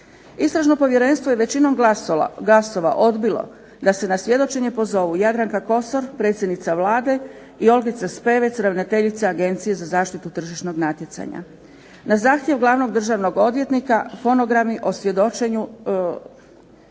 Istražno povjerenstvo je većinom glasova odbilo da se na svjedočenje pozovu Jadranka Kosor, predsjednica Vlade i Olgica Spevec, ravnateljica Agencije za zaštitu tržišnog natjecanja. Na zahtjev glavnog državnog odvjetnika fonogrami o svjedočenju